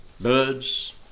birds